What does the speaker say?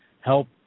Help